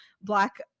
black